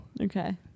okay